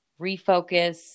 refocus